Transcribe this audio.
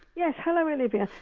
yes, hello olivia.